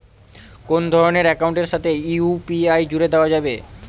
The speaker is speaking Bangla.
কোন ধরণের অ্যাকাউন্টের সাথে ইউ.পি.আই জুড়ে দেওয়া যাবে?